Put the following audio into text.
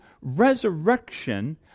resurrection